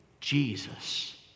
Jesus